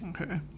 Okay